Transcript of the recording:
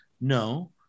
No